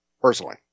personally